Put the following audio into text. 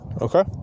okay